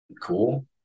cool